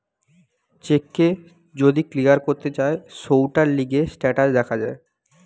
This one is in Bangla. চেক কে যদি ক্লিয়ার করতে চায় সৌটার লিগে স্টেটাস দেখা যায়